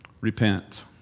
Repent